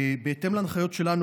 בהתאם להנחיות שלנו,